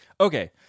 okay